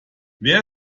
wer